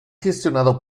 gestionado